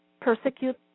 persecute